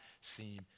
seem